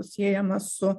siejamas su